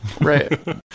right